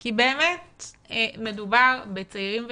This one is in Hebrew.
כי באמת מדובר בצעירים וצעירות,